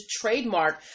trademark